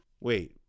Wait